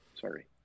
Sorry